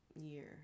year